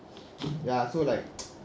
ya so like